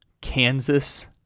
Kansas